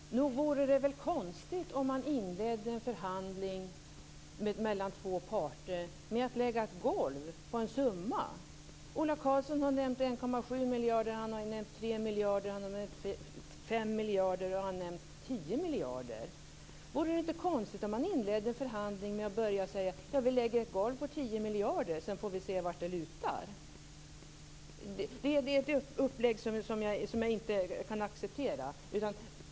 Fru talman! Nog vore det väl konstigt om man inledde en förhandling mellan två parter med att lägga ett golv på en summa. Ola Karlsson har nämnt 1,7 miljarder. Han har också nämnt 3 miljarder, 5 miljarder och 10 miljarder. Men vore det inte konstigt att inleda en förhandling genom att börja med att säga att vi lägger ett golv på 10 miljarder och sedan får vi se varåt det lutar? Det är ett upplägg som jag inte kan acceptera.